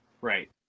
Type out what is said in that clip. right